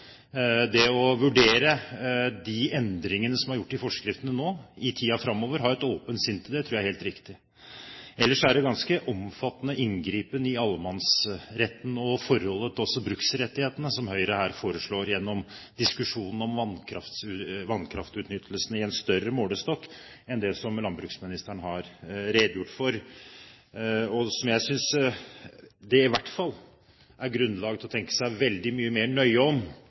Det å vurdere de endringene som er gjort i forskriftene nå, i tiden framover og ha et åpent sinn til det, tror jeg er helt riktig. Ellers er det en ganske omfattende inngripen i allemannsretten og i forholdet til bruksrettighetene Høyre her foreslår gjennom diskusjonen om vannkraftutnyttelse i større målestokk enn det som landbruksministeren har redegjort for. Jeg synes i hvert fall det er grunn til å tenke seg nøye om